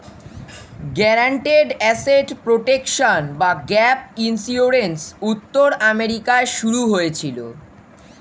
guaranteed asset protection বা gap insurance উত্তর আমেরিকায় শুরু হয়েছিল